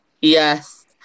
yes